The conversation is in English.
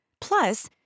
Plus